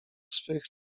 swych